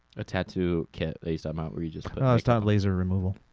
a tattoo kit based on mount regis i was taught laser removal.